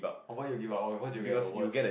before you give up of course you get the worse